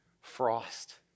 Frost